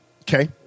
Okay